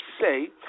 say